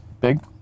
big